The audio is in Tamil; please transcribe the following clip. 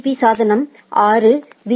பீ சாதனம் ஆர் 6 பி